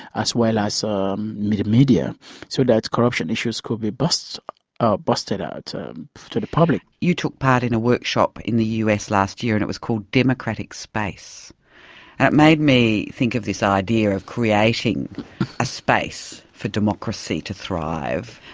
well as ah um the media so that corruption issues could be busted ah busted out to the public. you took part in a workshop in the us last year and it was called democratic space and it made me think of this idea of creating a space for democracy to thrive,